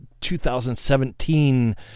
2017